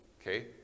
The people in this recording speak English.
okay